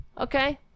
Okay